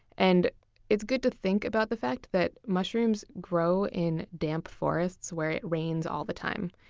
and it's good to think about the fact that mushrooms grow in damp forests, where it rains all the time.